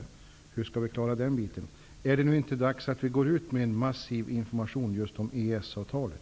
Hur skall vi klara den biten? Är det inte dags att vi nu går ut med en massiv information om EES-avtalet?